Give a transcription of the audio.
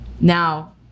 Now